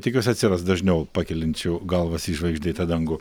tikiuosi atsiras dažniau pakeliančių galvas į žvaigždėtą dangų